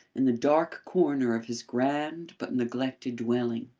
in the dark corner of his grand but neglected dwelling.